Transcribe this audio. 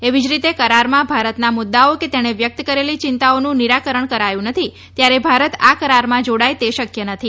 એવી જ રીતે કરારમાં ભારતના મુદ્દાઓ કે તેણે વ્યક્ત કરેલી ચિંતાઓનું નિરાકરણ કરાયું નથી ત્યારે ભારત આ કરારમાં જોડાય તે શક્ય નથી